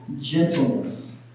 gentleness